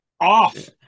off